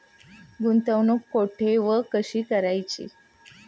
गुंतवणूक कुठे व कशी करायची?